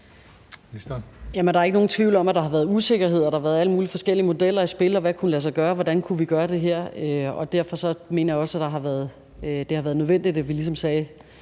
der er ikke nogen tvivl om, at der har været usikkerheder, og at der har været alle mulige forskellige modeller i spil – hvad kunne lade sig gøre, og hvordan kunne vi gøre det her? Derfor mener jeg også, det har været nødvendigt, at vi ligesom sagde: